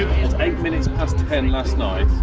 minutes past ten last night,